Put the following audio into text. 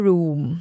Room